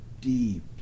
deep